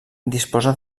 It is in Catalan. disposa